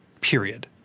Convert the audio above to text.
period